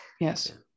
Yes